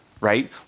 right